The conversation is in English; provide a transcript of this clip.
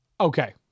Okay